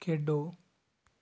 ਖੇਡੋ